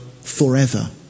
forever